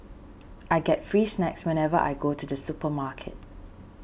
I get free snacks whenever I go to the supermarket